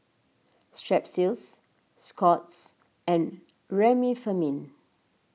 Strepsils Scott's and Remifemin